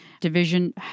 Division